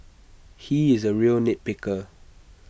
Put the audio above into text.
he is A real nit picker